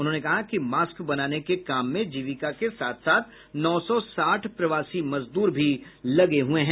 उन्होंने कहा कि मास्क बनाने के काम में जीविका के साथ साथ नौ सौ साठ प्रवासी मजदूर भी लगे हुये हैं